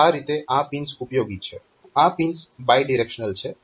તો આ રીતે આ પિન્સ ઉપયોગી છે આ પિન્સ બાયડિરેક્શનલ છે